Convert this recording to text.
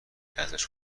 ازش